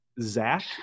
Zach